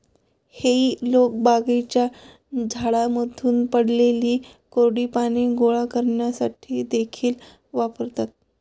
हेई लोक बागांच्या झाडांमधून पडलेली कोरडी पाने गोळा करण्यासाठी देखील वापरतात